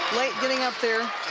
late getting up there